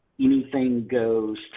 anything-goes